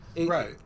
Right